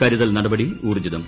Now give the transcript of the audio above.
കരുതൽ നട്ടപടി ഊർജ്ജിതം